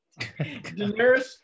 Daenerys